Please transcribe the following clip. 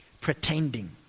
Pretending